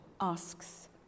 asks